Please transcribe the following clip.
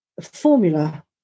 formula